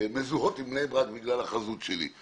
מזוהות עם בני ברק בגלל החזות שלי.